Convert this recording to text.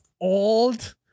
old